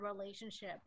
relationship